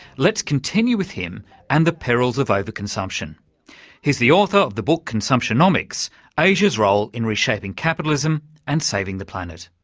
let's continue with him and the perils of over-consumption. he's the author of the book consumptionomics asia's role in reshaping capitalism and saving the planet.